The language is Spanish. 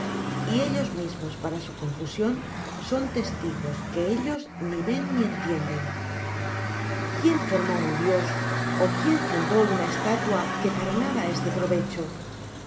y ellos mismos para su confusión son testigos que ellos ni ven ni entienden quién formó un dios ó quién fundó una estatua que para nada es de provecho